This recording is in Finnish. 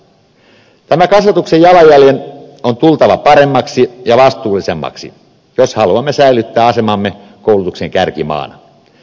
tämän kasvatuksen jalanjäljen on tultava paremmaksi ja vastuullisemmaksi jos haluamme säilyttää asemamme koulutuksen kärkimaana